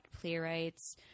Playwrights